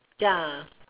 ya